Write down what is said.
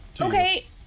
Okay